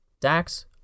Dax